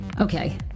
Okay